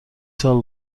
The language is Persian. سال